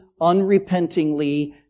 unrepentingly